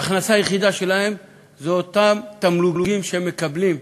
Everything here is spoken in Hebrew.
ההכנסה היחידה שלהם זה אותם תמלוגים שהם מקבלים,